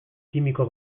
kimiko